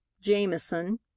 Jameson